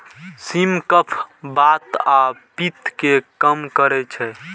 सिम कफ, बात आ पित्त कें कम करै छै